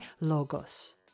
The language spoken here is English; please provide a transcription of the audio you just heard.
logos